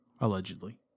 allegedly